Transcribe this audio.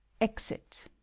Exit